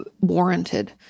warranted